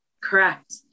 Correct